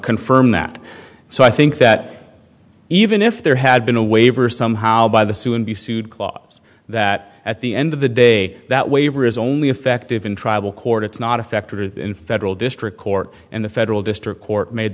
confirm that so i think that even if there had been a waiver somehow by the soon be sued clause that at the end of the day that waiver is only effective in tribal court it's not affected in federal district court and the federal district court made